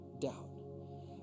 doubt